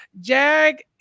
Jag